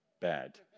bad